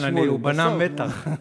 כן, הוא בנה מתח.